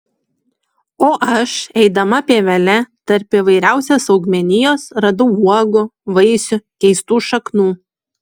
o aš eidama pievele tarp įvairiausios augmenijos radau uogų vaisių keistų šaknų